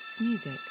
music